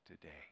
today